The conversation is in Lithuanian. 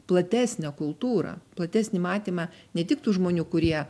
platesnę kultūrą platesnį matymą ne tik tų žmonių kurie